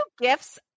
gifts